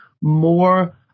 more